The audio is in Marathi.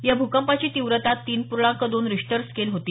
या भूकंपाची तीव्रता तीन पूर्णांक दोन रिश्टर स्केल होती